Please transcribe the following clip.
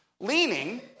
leaning